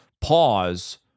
pause